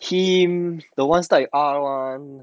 him the [one] start with R [one]